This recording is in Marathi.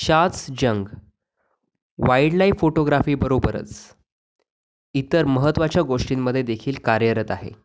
शाझ जंग वाईल्डलाईफ फोटोग्राफी बरोबरच इतर महत्त्वाच्या गोष्टींमध्ये देखील कार्यरत आहे